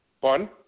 One